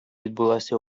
відбулася